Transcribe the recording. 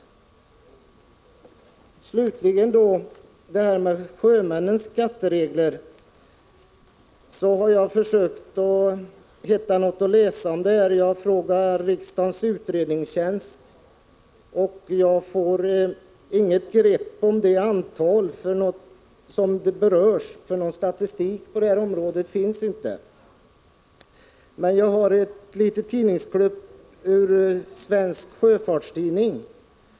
Slutligen vill jag säga några ord om skattereglerna för sjömän. Jag har försökt att få fram uppgifter om detta, och jag har frågat riksdagens utredningstjänst. Men jag får inget grepp om vilket antal som berörs, för någon statistik på området finns inte. Men jag har här ett klipp ur Svensk Sjöfarts Tidning.